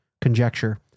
conjecture